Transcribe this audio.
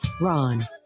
Ron